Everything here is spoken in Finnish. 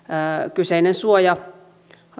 kyseinen suoja